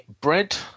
bread